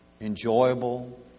Enjoyable